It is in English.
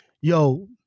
yo